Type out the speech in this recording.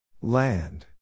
Land